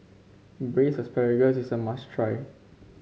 Braised Asparagus is a must try